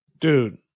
Dude